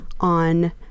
on